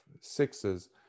sixes